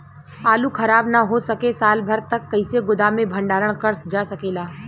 आलू खराब न हो सके साल भर तक कइसे गोदाम मे भण्डारण कर जा सकेला?